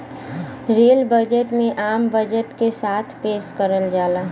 rail budget में आम budget के साथ पेश करल जाला